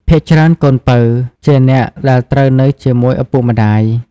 ភាគច្រើន កូនពៅ ជាអ្នកដែលត្រូវនៅជាមួយឪពុកម្តាយ។